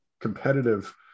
competitive